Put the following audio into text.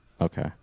Okay